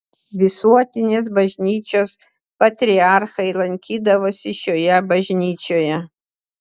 visuotinės bažnyčios patriarchai lankydavosi šioje bažnyčioje